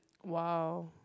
!wow!